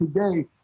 today